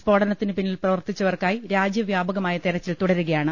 സ്ഫോടനത്തിന് പിന്നിൽ പ്രവർത്തി ച്ചവർക്കായി രാജ്യവ്യാപകമായ തെരച്ചിൽ തുടരുകയാണ്